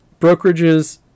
brokerages